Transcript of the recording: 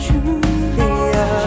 Julia